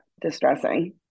distressing